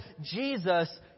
Jesus